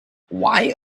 why